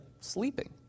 sleeping